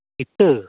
ᱤᱛᱟᱹ